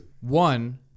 One